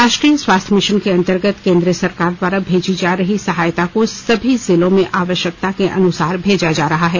राष्ट्रीय स्वास्थ्य मिशन के अंतर्गत केंद्र सरकार द्वारा भेजी जा रही सहायता को सभी जिलों में आवश्यकता के अनुसार भेजा जा रहा है